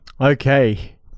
okay